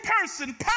person